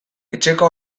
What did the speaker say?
etxeko